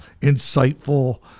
insightful